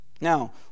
Now